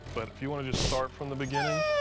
but if you wanna just start from the beginning.